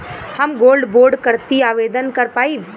हम gold bond करती आवेदन कर पाईब?